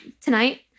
tonight